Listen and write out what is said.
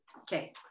okay